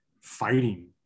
fighting